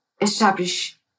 establish